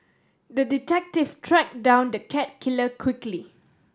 the detective tracked down the cat killer quickly